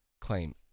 claim